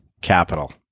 capital